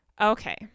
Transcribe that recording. Okay